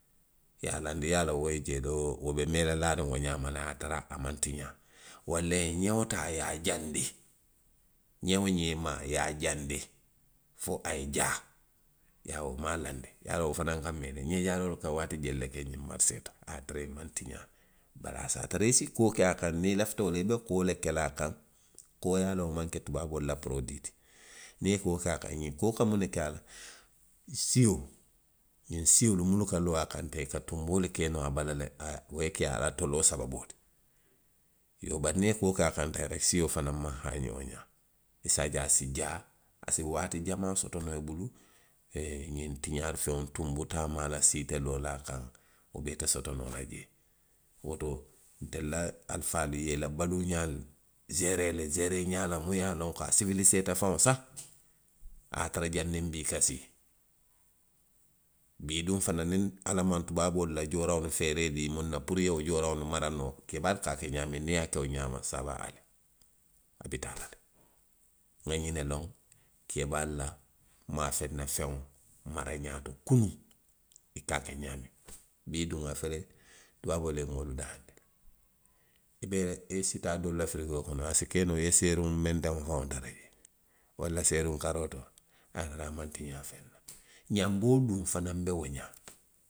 I ye a laandi. I ye a loŋ a la wo ye jeeli, wo. wo be mee la laariŋ wo ňaama le a ye a tara a maŋ tiňaa. Walla i ye ňeo taa i ye a jaandi fo a ye jaa. ye a wo maa laandi. I ye a loŋ. i ye a loŋ wo fanaŋ ka mee le. ňee jaaroolu ka waati jelu le ke ňiŋ marisee to a ye a tarai maŋ tiňaa. Bari a se a tara i si koo ke a kaŋ. niŋ i lafita wo la i be koo le ke la a kaŋ. koo i ye a loŋ wo maŋ ke tubaaboolu la porodii ti. niŋ i ye koo ke a kaŋ, ňiŋ koo ka muŋ ne ke a la. sio, ňiŋ siolu munnu ka loo a kaŋ teŋ, i ka tunboolu ke noo a bala le. a, wo ye a la toloo sababoo ti. Iyoo bari niŋ i ye koo ke a kaŋ teŋ reki, sio fanaŋ maŋ. haaňi wo ňaa. i si a je a si jaa. a si waati jamaa soto noo i bulu, ňiŋ tiňaari feŋolu, tunbu te a maa la, sii te loo la a kaŋ, wo bee te soto noo la jee. Woto ntelu la alifaalu ye i la baluuňaalu seeree le seeree ňaa la miŋ ye a loŋ ko a siwiliiseeta faŋ sahi, a ye a tara janniŋ bii ka sii. Bii doo fanaŋ niŋ ala maŋ tubaaboolu la jooraŋolu feeree dii muŋ na puru i ye wo jooraŋolu mara noo keebaalu ka a ke ňaamiŋ, niŋ i ye a ke wo ňaama sa waa alee, a beteyaata le. Nŋa ňiŋ ne loŋ keebaalu la maafeŋ na feŋolu maraňaa to, kunuŋ, i ka a ke ňaamiŋ. bii duŋ a fele. tubaaboolu ye moolu dahaandi le. I be, i si taa doolu la firigoo kono, i si ke noo i ye seruŋ menteŋo faŋo tara jee, walla seruŋ karootoo wo tara a maŋ tiňaa feŋ na. ňanboo duŋ fanaŋ be wo ňaa.